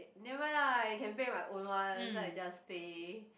nevermind ah I can pay my own one so I just pay